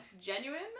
genuine